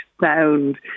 sound